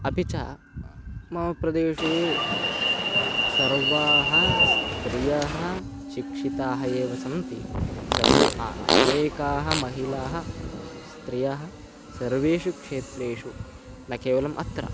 अपि च मम प्रदेशे सर्वाः स्त्रियः शिक्षिताः एव सन्ति सर्वाः अनेकाः महिलाः स्त्रियः सर्वेषु क्षेत्रेषु न केवलम् अत्र